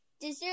dessert